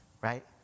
right